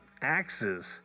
Axes